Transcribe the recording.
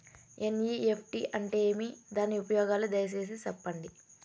NEFT అంటే ఏమి? దాని ఉపయోగాలు దయసేసి సెప్పండి?